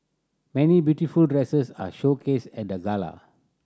many beautiful dresses are showcased at the gala